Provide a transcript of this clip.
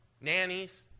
nannies